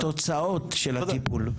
בתוצאות של הטיפול.